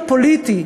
הפוליטי,